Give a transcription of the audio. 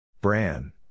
Bran